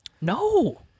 No